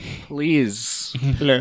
Please